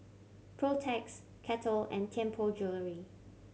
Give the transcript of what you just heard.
Protex Kettle and Tianpo Jewellery